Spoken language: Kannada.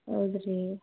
ಹೌದು ರೀ